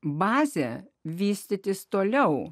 bazėje vystytis toliau